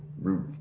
root